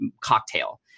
cocktail